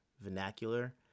vernacular